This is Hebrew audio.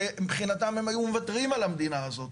שמבחינתם הם היו מוותרים על המדינה הזאת.